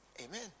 Amen